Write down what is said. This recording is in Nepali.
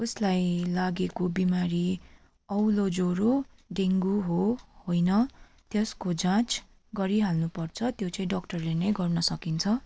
उसलाई लागेको बिमारी औलो ज्वरो डेङ्गू हो होइन त्यसको जाँच गरिहाल्नुपर्छ त्यो चाहिँ डक्टरले नै गर्न सकिन्छ